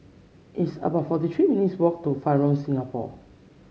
it's about forty three minutes' walk to Fairmont Singapore